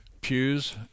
pews